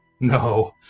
No